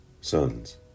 sons